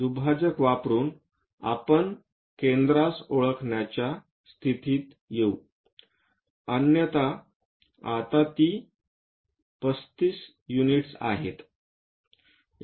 तर दुभाजक वापरुन आपण केंद्रास ओळखण्याची स्थितीत येऊ अन्यथा आता ती 35 युनिट्स आहे